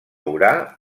orà